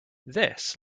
this